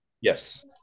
yes